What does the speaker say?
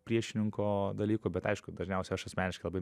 priešininko dalykų bet aišku dažniausia aš asmeniškai labai